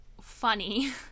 funny